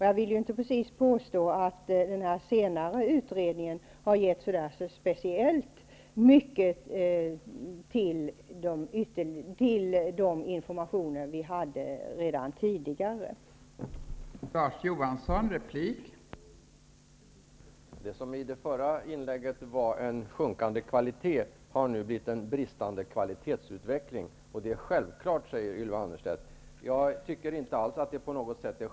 Jag vill inte precis påstå att den senare utredningen har gett speciellt mycket till de informationer vi redan tidigare hade.